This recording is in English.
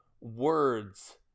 words